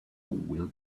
will